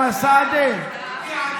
אתה יכול